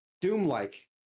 Doom-like